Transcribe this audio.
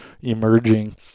emerging